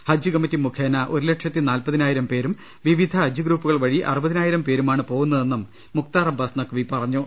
ഹജ്ജ് committee മുഖേന ഒരു ലക്ഷത്തി നാൽപതിനായിരം പേരും വിവിധ ഹജ്ജ് ഗ്രൂപ്പുകൾ വഴി അറുപതിനായിരം പേരുമാണ് പോകുന്നതെന്നും മുഖ്താർ അബ്ബാസ് നഖ്വി പറഞ്ഞു